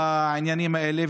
בעניינים האלה.